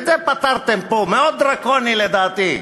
את זה פתרתם פה מאוד דרקונית לדעתי.